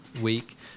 week